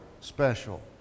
special